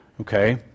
Okay